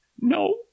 no